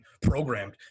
programmed